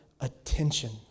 attention